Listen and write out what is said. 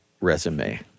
resume